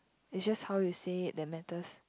is just how you say it that matters